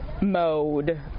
mode